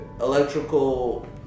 Electrical